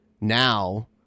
now